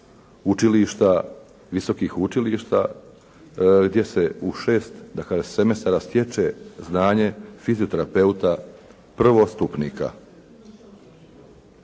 učilišta, visokih učilišta gdje se u šest semestara stječe znanje fizioterapeuta prvostupnika.